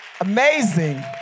amazing